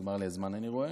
נגמר לי הזמן, אני רואה.